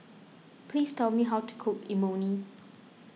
please tell me how to cook Imoni